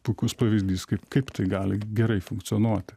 puikus pavyzdys kaip kaip tai gali gerai funkcionuoti